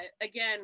again